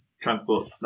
transport